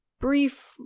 brief